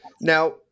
Now